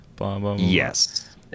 Yes